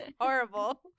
horrible